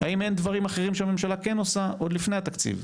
אם אין דברים אחרים שהממשלה כן עושה עוד לפני התקציב.